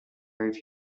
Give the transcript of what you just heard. very